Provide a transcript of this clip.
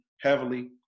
heavily